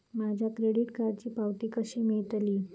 माझ्या क्रेडीट कार्डची पावती कशी मिळतली?